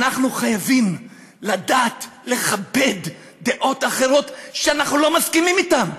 אנחנו חייבים לדעת לכבד דעות אחרות שאנחנו לא מסכימים איתן,